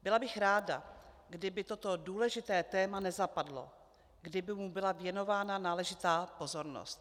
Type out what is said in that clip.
Byla bych ráda, kdyby toto důležité téma nezapadlo, kdyby mu byla věnována náležitá pozornost.